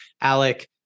Alec